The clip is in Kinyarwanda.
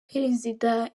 perezida